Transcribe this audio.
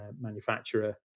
manufacturer